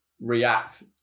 react